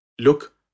Look